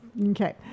Okay